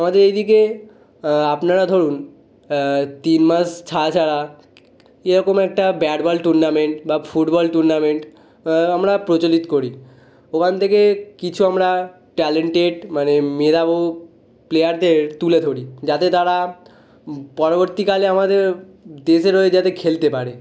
আমাদের এই দিকে আপনারা ধরুন তিন মাস ছাড়া ছাড়া এরকম একটা ব্যাট বল টুর্নামেন্ট বা ফুটবল টুর্নামেন্ট আমরা প্রচলিত করি ওখান থেকে কিছু আমরা ট্যালেন্টেড মানে মেধাবী প্লেয়ারদের তুলে ধরি যাতে তারা পরবর্তীকালে আমাদের দেশের হয়ে যাতে খেলতে পারে